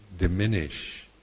diminish